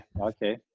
okay